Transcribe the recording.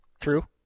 True